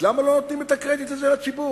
אז למה לא נותנים את הקרדיט הזה לציבור?